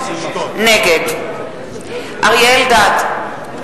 נגד אריה אלדד,